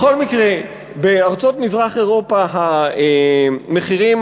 בכל מקרה, בארצות מזרח-אירופה המחירים